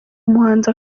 umuhanzi